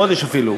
חודש אפילו.